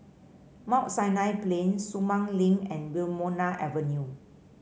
Mount Sinai Plain Sumang Link and Wilmonar Avenue